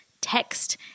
text